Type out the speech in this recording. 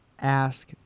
ask